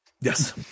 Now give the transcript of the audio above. yes